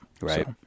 Right